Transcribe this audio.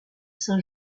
saint